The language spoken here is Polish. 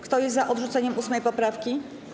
Kto jest za odrzuceniem 8. poprawki?